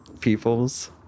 peoples